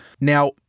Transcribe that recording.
Now